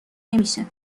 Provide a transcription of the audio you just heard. نمیشه